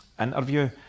interview